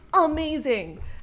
amazing